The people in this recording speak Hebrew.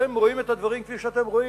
אתם רואים את הדברים כפי שאתם רואים,